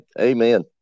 Amen